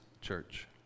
church